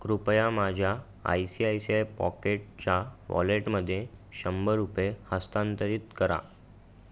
कृपया माझ्या I C I C I पॉकेटच्या वॉलेटमध्ये शंभर रुपये हस्तांतरित करा